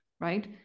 right